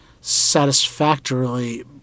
satisfactorily